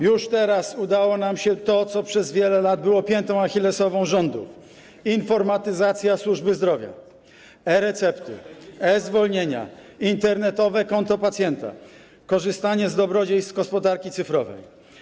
Już teraz udało nam się to, co przez wiele lat było piętą achillesową rządu: informatyzacja służby zdrowia, e-recepty, e-zwolnienia, internetowe konto pacjenta, korzystanie z dobrodziejstw gospodarki cyfrowej.